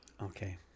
okay